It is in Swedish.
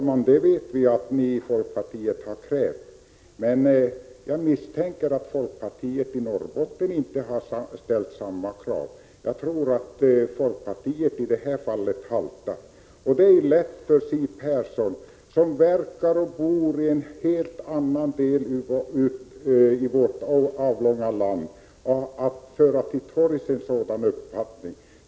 Herr talman! Vi vet att ni i folkpartiet har krävt det. Men jag misstänker att folkpartiet i Norrbotten inte har ställt samma krav. Jag tror att folkpartiet i detta fall haltar. Det är lätt för Siw Persson, som verkar bo i en helt annan del av vårt avlånga land, att föra till torgs en sådan uppfattning.